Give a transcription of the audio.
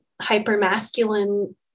hyper-masculine